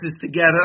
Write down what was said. together